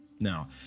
Now